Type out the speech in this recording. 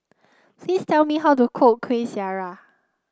please tell me how to cook Kuih Syara